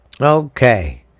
Okay